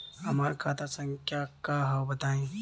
हमार खाता संख्या का हव बताई?